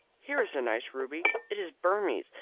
here is a nice ruby. it is burmese,